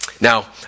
Now